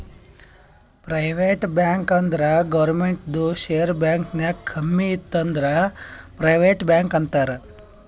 private bank ಅಂದುರ್ ಗೌರ್ಮೆಂಟ್ದು share bank ನಾಗ್ ಕಮ್ಮಿ ಇತ್ತು ಅಂದುರ್ ಪ್ರೈವೇಟ್ ಬ್ಯಾಂಕ್ ಅಂತಾರ್